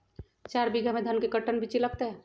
चार बीघा में धन के कर्टन बिच्ची लगतै?